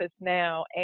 now